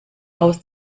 aus